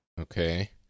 okay